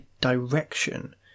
direction